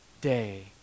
day